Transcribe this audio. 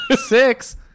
Six